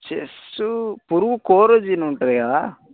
chess పురుగు Coragen ఉంటుంది కదా